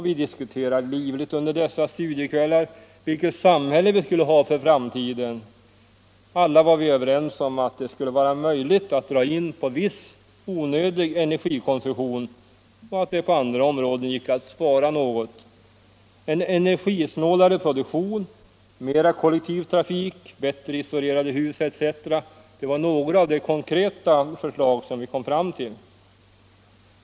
Vi diskuterade livligt under dessa studiekvällar vilket samhälle vi skulle ha för framtiden. Alla var vi överens om att det skulle vara möjligt att dra in på viss onödig energikonsumtion och att det på andra områden gick att spara något. En energisnålare produktion, mera kollektiv trafik, bättre isolerade hus etc. var några av de konkreta förslag som vi kom fram till.